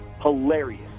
Hilarious